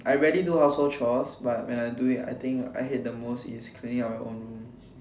I rarely do household chores but when I do it I think I hate the most is cleaning up own room